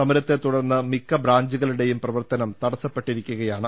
സമരത്തെ തുടർന്ന് മിക്ക ബ്രാഞ്ചുകളുടേയും പ്രവർത്തനം തടസ്സപ്പെട്ടിരിക്കുകയാണ്